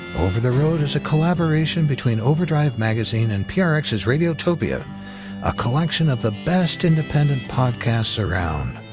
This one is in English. over the road is a collaboration between overdrive magazine and prx's radiotopia a collection of the best independent podcasts around.